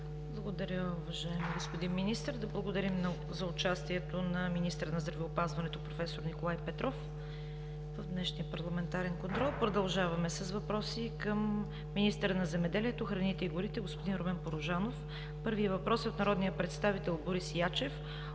Благодаря, уважаеми господин Министър. Да благодарим за участието на министъра на здравеопазването проф. Николай Петров в днешния парламентарен контрол. Продължаваме с въпроси към министъра на земеделието, храните и горите господин Румен Порожанов. Първият въпрос е от народния представител Борис Ячев